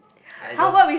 I don't